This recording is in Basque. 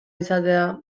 izatea